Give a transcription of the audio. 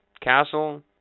castle